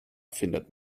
findet